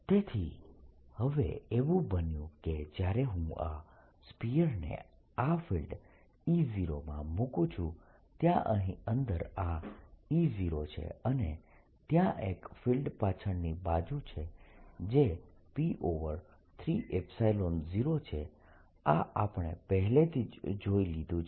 તેથી હવે એવું બન્યું કે જ્યારે હું આ સ્ફીયરને આ ફિલ્ડ E0 માં મૂકું છું ત્યાં અહીં અંદર આ E0 છે અને ત્યાં એક ફિલ્ડ પાછળની બાજુ છે જે P30 છે આ આપણે પહેલેથી જ જોઈ લીધું છે